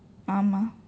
ஆமாம்:aamaam